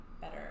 better